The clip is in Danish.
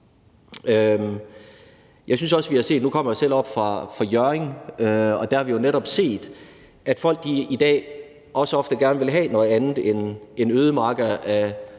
der har vi jo netop set, at folk i dag også ofte gerne vil have noget andet end ødemarker af